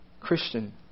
Christian